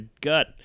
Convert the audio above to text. gut